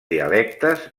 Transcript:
dialectes